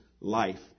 life